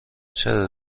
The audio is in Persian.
چرا